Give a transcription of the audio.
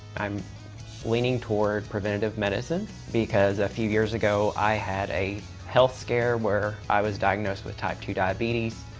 i'm leaning toward preventative medicine because a few years ago i had a health scare where i was diagnosed with type two diabetes.